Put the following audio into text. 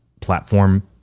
platform